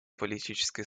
политическое